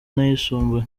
n’ayisumbuye